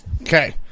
Okay